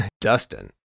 Dustin